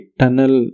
tunnel